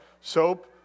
soap